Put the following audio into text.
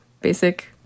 basic